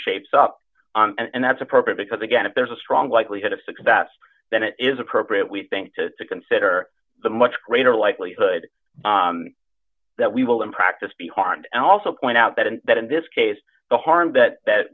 shapes up and that's appropriate because again if there's a strong likelihood of success then it is appropriate we think to consider the much greater likelihood that we will in practice be harmed and also point out that in that in this case the harm that that